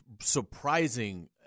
surprising